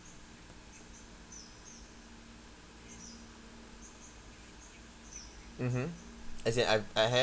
mmhmm as in I I have